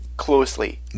Closely